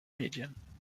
medien